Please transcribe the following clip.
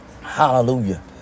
Hallelujah